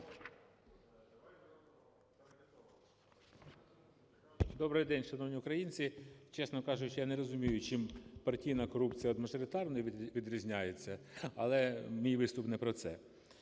Добрий день шановні українці! Чесно кажучи, я не розумію, чим партійна корупція від мажоритарної відрізняється? Але мій виступ не про це.